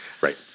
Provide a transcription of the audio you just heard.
Right